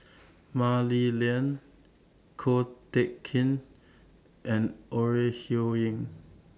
Mah Li Lian Ko Teck Kin and Ore Huiying